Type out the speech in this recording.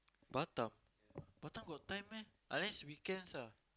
Batam Batam got time meh unless weekends ah